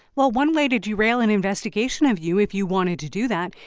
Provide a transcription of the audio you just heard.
well, one way to derail an investigation of you, if you wanted to do that,